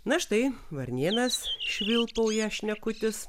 na štai varnėnas švilpauja šnekutis